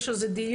יש על זה דיון,